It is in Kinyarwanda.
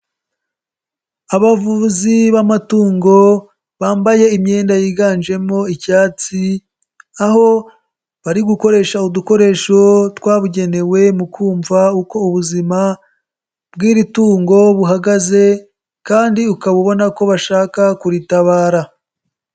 Abavuzi b'amatungo bambaye imyenda yiganjemo icyatsi, aho bari gukoresha udukoresho twabugenewe mu kumva uko ubuzima bw'iri tungo buhagaze kandi ukaba ubona ko bashaka kuritabara.